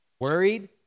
Worried